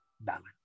balance